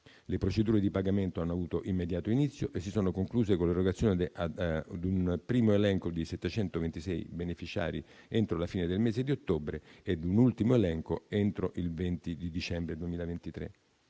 Le procedure di pagamento hanno avuto immediato inizio e si sono concluse con l'erogazione ad un primo elenco di 726 beneficiari entro la fine del mese di ottobre e ad un ultimo elenco entro il 20 dicembre 2023.